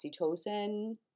oxytocin